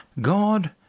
God